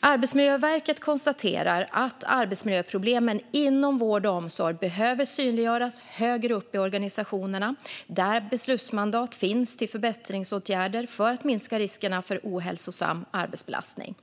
Arbetsmiljöverket konstaterar att arbetsmiljöproblemen inom vård och omsorg behöver synliggöras högre upp i organisationerna, där beslutsmandat finns till förbättringsåtgärder för att minska riskerna för ohälsosam arbetsbelastning.